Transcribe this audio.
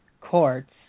courts